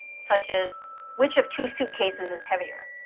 such as which of two suitcases is heavier.